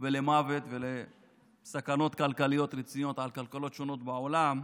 ולמוות ולסכנות כלכליות רציניות על כלכלות שונות בעולם,